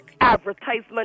advertisement